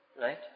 Right